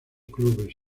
clubes